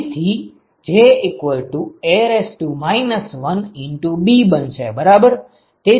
તેથી JA 1b બનશે બરાબર